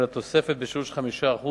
אלא תוספת בשיעור של 5%,